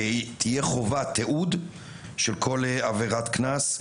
זה שתהיה חובת תיעוד של כל עבירת קנס,